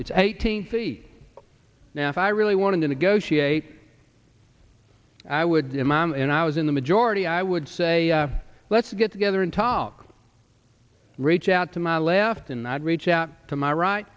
it's eighteen p now if i really wanted to negotiate i would be a mom and i was in the majority i would say let's get together and talk rich out to my left and i would reach out to my right